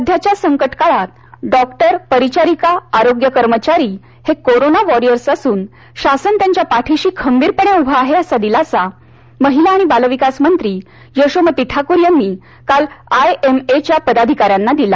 सध्याच्या संकट काळात डॉक्टर पारिचारिका आरोग्य कर्मचारी हे कोरोना वॉरियर्स असून शासन त्यांच्या पाठीशी खंबीरपणे उभं आहे असा दिलासा महिला आणि बालविकास मंत्री यशोमती ठाकूर यांनी काल आयएमएच्या पदाधिकाऱ्यांना दिला